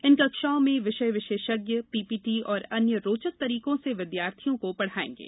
इन कक्षाओं में विषय विशेषज्ञ पीपीटी एवं अन्य रोचक तरीकों से विद्यार्थियों को पढ़ाएंगे